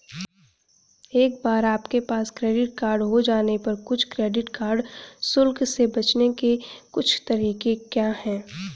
एक बार आपके पास क्रेडिट कार्ड हो जाने पर कुछ क्रेडिट कार्ड शुल्क से बचने के कुछ तरीके क्या हैं?